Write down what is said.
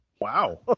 Wow